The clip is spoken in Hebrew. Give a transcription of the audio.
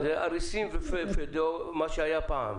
זה אריסים ופיאודלים, מה שהיה פעם.